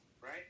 right